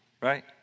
right